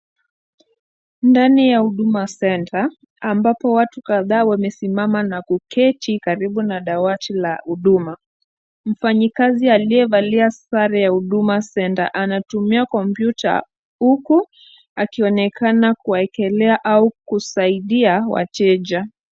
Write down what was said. Ndani ya Huduma Centre ambapo watu kadhaa wamesimama na kuketi karibu na dawati la huduma. Mfanyikazi aliyevalia sare ya Huduma Centre anatumia kompyuta huku akionekana kuekelea au kusaidia wateja.